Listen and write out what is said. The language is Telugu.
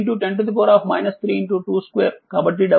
కాబట్టి WL 0